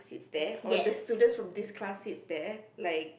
sits there all the students from this class sits there like